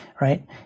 Right